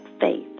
faith